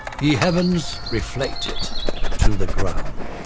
ye heav'ns, reflect it to the ground!